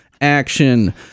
action